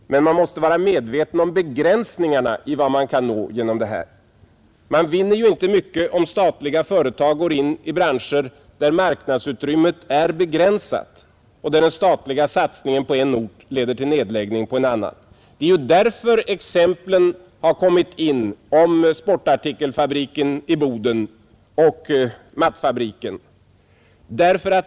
Men man måste vara medveten om begränsningarna i vad man kan nå på denna väg. Man vinner ju inte mycket om statliga företag går in i branscher där marknadsutrymmet är begränsat och där den statliga satsningen på en ort leder till nedläggning på en annan. Det är ju av den anledningen exemplen sportartikelfabriken i Boden och mattfabriken blivit aktuella.